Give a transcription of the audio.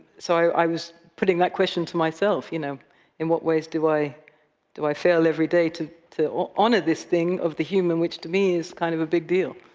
so i was putting that question to myself. you know in what ways do i do i fail every day to to honor this thing of the human, which to me is kind of a big deal.